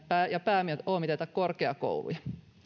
ja pääomiteta korkeakouluja